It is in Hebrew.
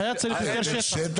היה צריך יותר שטח.